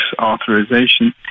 authorization